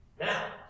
Now